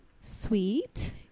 Sweet